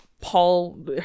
paul